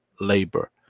labor